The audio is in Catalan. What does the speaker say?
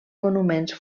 monuments